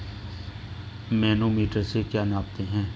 Manometer से क्या नापते हैं?